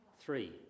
Three